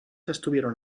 estuvieron